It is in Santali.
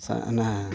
ᱥᱟᱜᱼᱱᱟ